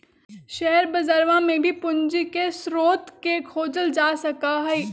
share बजरवा में भी पूंजी के स्रोत के खोजल जा सका हई